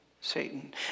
Satan